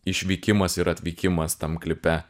išvykimas ir atvykimas tam klipe